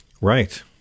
right